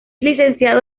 licenciado